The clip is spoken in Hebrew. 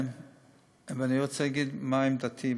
אני רוצה להגיד מה עמדתי,